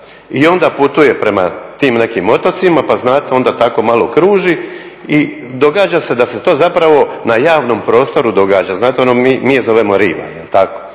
i onda putuje prema tim nekim otocima pa znate onda tako malo kruži i događa se da se to zapravo na javnom prostoru događa. Znate, ono mi je zovemo riva jel' tako.